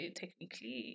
technically